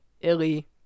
Illy